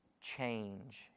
change